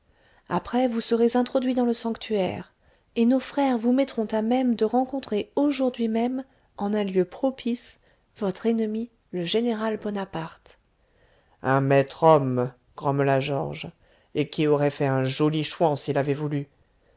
après après vous serez introduit dans le sanctuaire et nos frères vous mettront à même de rencontrer aujourd'hui même en un lieu propice votre ennemi le général bonaparte un maître homme grommela georges et qui aurait fait un joli chouan s'il avait voulu